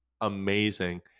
amazing